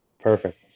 Perfect